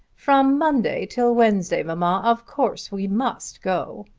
from monday till wednesday, mamma. of course we must go.